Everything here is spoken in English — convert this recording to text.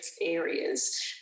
areas